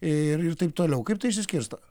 ir taip toliau kaip tai išsiskirsto